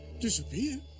disappear